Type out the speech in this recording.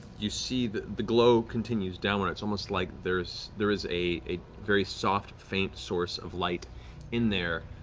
you see the the glow continues downward and it's almost like there is there is a a very soft, faint source of light in there,